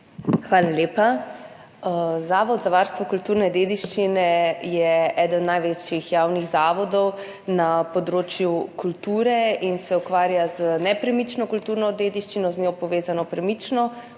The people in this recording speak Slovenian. Hvala lepa. Zavod za varstvo kulturne dediščine je eden največjih javnih zavodov na področju kulture in se ukvarja z nepremično kulturno dediščino, z njo povezano premično